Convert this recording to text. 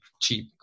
cheap